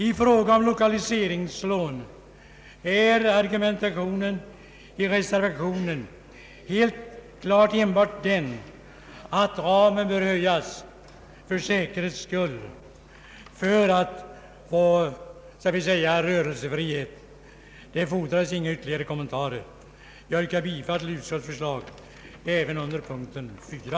I fråga om lokaliseringslån är argumentationen i reservationen enbart den att ramen bör vidgas för säkerhets skull, för att få så att säga rörelsefrihet. Det fordras inga fler kommentarer. Jag kommer att yrka bifall till utskottets förslag även under punkt 4.